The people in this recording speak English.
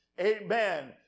Amen